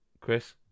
Chris